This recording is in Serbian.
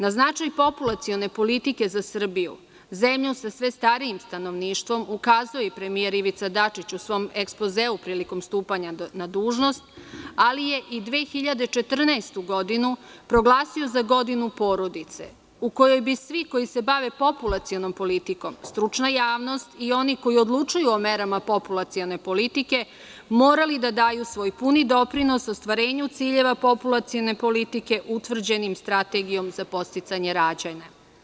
Na značaj populacione politike za Srbiju, zemljom sa sve starijim stanovništvom, ukazuje i premijer Ivica Dačić u svom ekspozeu prilikom stupanja na dužnost, ali je i 2014. godinu proglasio za Godinu porodice, u kojoj bi svi koji se bave populacionom politikom, stručna javnost i oni koji odlučuju o merama populacione politike, morali da daju svoj puni doprinos ostvarenju ciljeva populacione politike utvrđenim Strategijom za podsticanje rađanja.